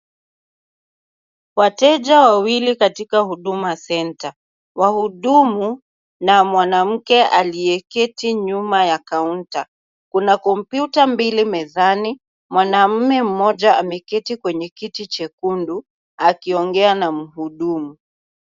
Wateja wawili katika huduma center , wahudumu na mwanamke aliyeketi nyuma ya kaunta kuna computer mbili mezani , mwanamume mmoja ameketi kwenye kiti chekundu akiongea na muhudumu.